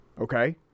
Okay